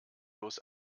bloß